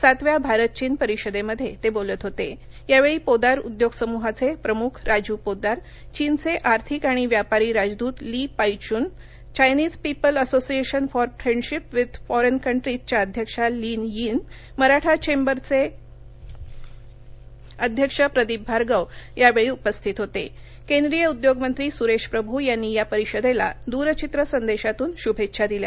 सातव्या भारत चीन परिषदर्शयत्रिविलत होत आवडी पोदार उद्योग समुहाचप्रिमुख राजीव पोदार चिनचक्रार्थिक आणि व्यापरि राजदूत ली पाइचुंन Chinese people association for friendship with फॉरप्तकन्ट्रीजच्या अध्यक्षा लीन यिन मराठा चक्रिच अध्यक्ष प्रदीप भार्गव उपस्थितहोत फ़्रेंद्रीय उद्योग मंत्री सुरक्षीप्रभू यांनी या परिषदक्ती दुरचित्र संदर्धातून शुभक्का दिल्या